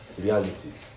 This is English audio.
realities